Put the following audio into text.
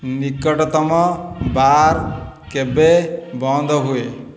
ନିକଟତମ ବାର୍ କେବେ ବନ୍ଦ ହୁଏ